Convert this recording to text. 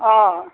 অঁ